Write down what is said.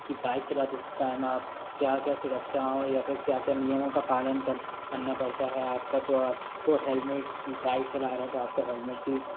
कि बाइक चलाते टाइम आप क्या क्या सुरक्षाओं या फिर क्या क्या नियमों का पालन करना पड़ता है आपका तो आप को हेलमेट बाइक चला रहे तो आपका हेलमेट की